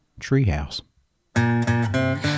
treehouse